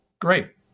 Great